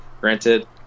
Granted